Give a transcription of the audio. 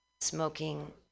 smoking